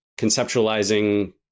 conceptualizing